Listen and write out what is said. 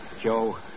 Joe